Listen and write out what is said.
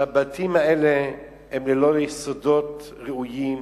שהבתים האלה נבנו ללא יסודות ראויים,